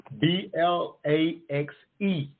B-L-A-X-E